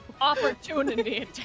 Opportunity